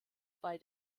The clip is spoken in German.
bei